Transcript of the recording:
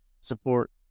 support